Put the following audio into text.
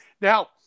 now